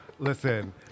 Listen